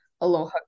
Aloha